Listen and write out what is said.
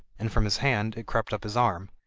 and from his hand it crept up his arm,